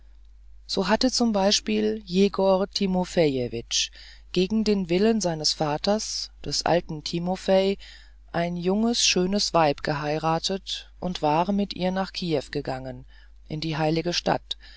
so hatte zum beispiel jegor timofejewitsch gegen den willen seines vaters des alten timofei ein junges schönes weib geheiratet und war mit ihr nach kiew gegangen in die heilige stadt